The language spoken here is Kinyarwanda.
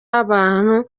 abantu